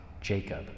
Jacob